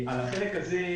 על החלק הזה,